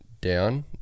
down